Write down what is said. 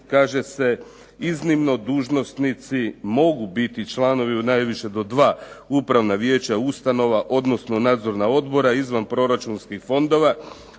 kaže se: "iznimno dužnosnici mogu biti članovi najviše do dva upravna vijeća ustanova, odnosno nadzorna odbora izvanproračunskih fondova".